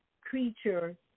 creature